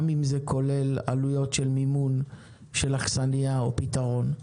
גם אם זה כולל עלויות של מימון של אכסניה או פתרון.